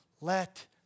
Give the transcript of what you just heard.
let